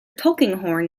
tulkinghorn